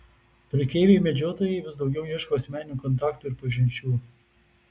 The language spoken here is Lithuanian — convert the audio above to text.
prekeiviai medžiotojai vis daugiau ieško asmeninių kontaktų ir pažinčių